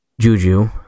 Juju